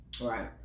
Right